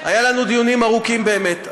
היו לנו דיונים ארוכים באמת.